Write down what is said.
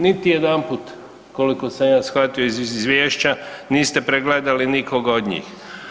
Niti jedanput koliko sam ja shvatio iz izvješća niste pregledali nikoga od njih.